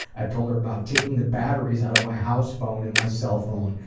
i told her about taking the batteries out of my house phone and my cell phone.